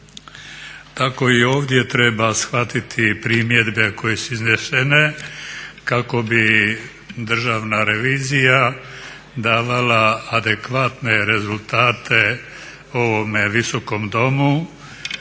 Tako i ovdje treba shvatiti primjedbe koje su iznesene kako bi Državna revizija davala adekvatne rezultate ovome visokome domu